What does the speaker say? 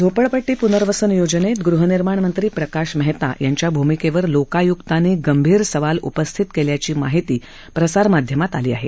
झोपडपटटी पूनर्वसन योजनेत गुहनिर्माण मंत्री प्रकाश मेहता यांच्या भूमिकेवर लोकायुक्तांनी गंभीर सवाल उपस्थित केल्याची माहिती प्रसार माध्यमात आली आहे